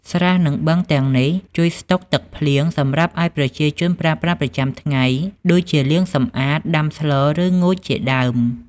ស្រះ និងបឹងទាំងនេះជួយស្តុកទឹកភ្លៀងសម្រាប់ឱ្យប្រជាជនប្រើប្រាស់ប្រចាំថ្ងៃ ដូចជាលាងសម្អាត ដាំស្ល ឬ ងូតជាដើម។